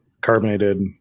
carbonated